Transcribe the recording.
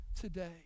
today